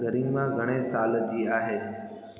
गरिमा घणे साल जी आहे